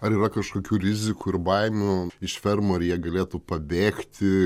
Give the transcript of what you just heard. ar yra kažkokių rizikų ir baimių iš fermų ar jie galėtų pabėgti